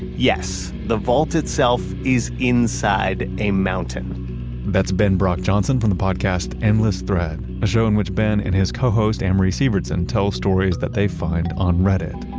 yes. the vault itself is inside a mountain that's ben brock johnson from the podcast endless thread, a show in which ben and his co-host, amory sivertson tell stories that they find on reddit.